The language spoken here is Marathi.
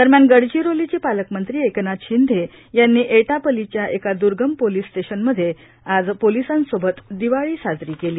दरम्यान गडचिरोलीचे पालकमंत्री एकनाथ शिंदे यांनी एटापल्लीच्या एका द्र्गम पोलिस स्टेशनमध्ये आज पोलिसांसोबत दिवाळी साजरी केली